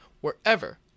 wherever